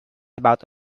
about